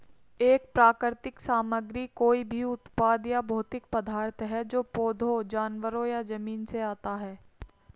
एक प्राकृतिक सामग्री कोई भी उत्पाद या भौतिक पदार्थ है जो पौधों, जानवरों या जमीन से आता है